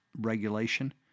regulation